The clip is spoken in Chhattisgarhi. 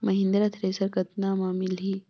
महिंद्रा थ्रेसर कतका म मिलही?